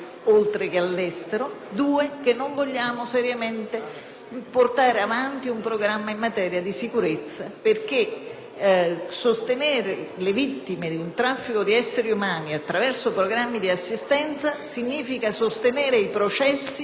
portare avanti un programma in materia di sicurezza. Sostenere infatti le vittime del traffico di esseri umani attraverso programmi di assistenza significa sostenere i processi contro i trafficanti di esseri umani, che sono di competenza